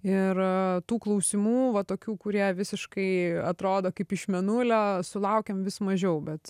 ir tų klausimų va tokių kurie visiškai atrodo kaip iš mėnulio sulaukiam vis mažiau bet